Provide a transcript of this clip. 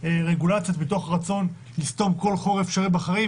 רגולציות מתוך רצון לסתום כל חור אפשרי בחיים,